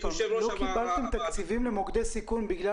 לא קיבלתם תקציבים למוקדי סיכון בגלל